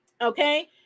okay